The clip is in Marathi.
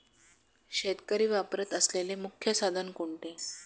शेतकरी वापरत असलेले मुख्य साधन कोणते?